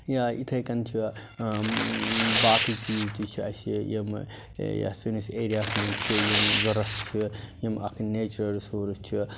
یا یِتھَے کَنۍ چھُ باقٕے چیٖز تہِ چھِ اَسہِ یہِ یِمہٕ یا سٲنِس ایریاہس منٛز چھِ یِم ضوٚرتھ چھِ یِم اَکھ نیچرل رِسورٕس چھِ